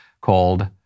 called